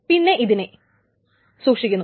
പിന്നെ ഇതിനെ സൂക്ഷിക്കുന്നു